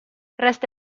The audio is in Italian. resta